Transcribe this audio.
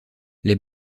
les